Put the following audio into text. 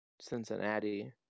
Cincinnati